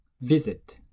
Visit